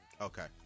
Okay